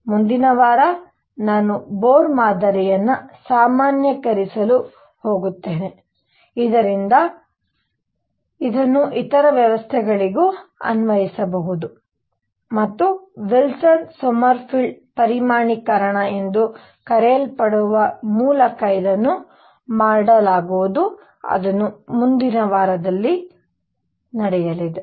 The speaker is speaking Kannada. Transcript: ಮುಂದಿನ ವಾರ ನಾನು ಬೋರ್ ಮಾದರಿಯನ್ನು ಸಾಮಾನ್ಯೀಕರಿಸಲು ಹೋಗುತ್ತೇನೆ ಇದರಿಂದ ಇದನ್ನು ಇತರ ವ್ಯವಸ್ಥೆಗಳಿಗೂ ಅನ್ವಯಿಸಬಹುದು ಮತ್ತು ವಿಲ್ಸನ್ ಸೊಮರ್ಫೆಲ್ಡ್ ಪರಿಮಾಣೀಕರಣ ಎಂದು ಕರೆಯಲ್ಪಡುವ ಮೂಲಕ ಇದನ್ನು ಮಾಡಲಾಗುವುದು ಅದು ಮುಂದಿನ ವಾರದಲ್ಲಿ ನಡೆಯಲಿದೆ